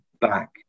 back